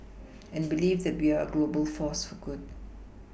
and believe that we are a global force for good